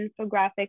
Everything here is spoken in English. infographic